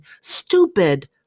Stupid